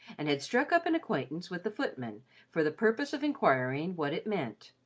and had struck up an acquaintance with the footman for the purpose of inquiring what it meant.